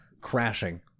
crashing